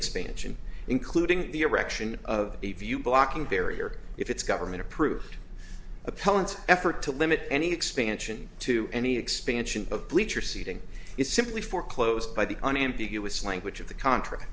expansion including the erection of a view blocking barrier if it's government approved appellants effort to limit any expansion to any expansion of bleacher seating is simply foreclosed by the unambiguous language of the contract